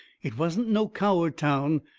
it wasn't no coward town.